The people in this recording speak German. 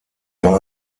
war